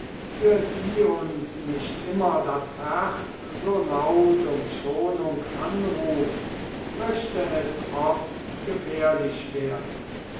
für die uns nicht immer das herz so laut um schonung anruft möchte es oft gefährlich werden